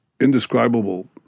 indescribable